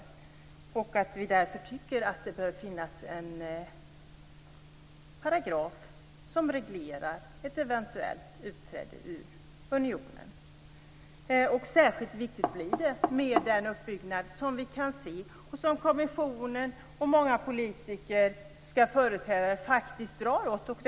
Därför tycker vi att det är viktigt att det bör finnas en paragraf som reglerar ett eventuellt utträde ur unionen. Särskilt viktigt blir det med tanke på den uppbyggnad vi kan se och det håll som kommissionen och många politiska företrädare faktiskt drar åt.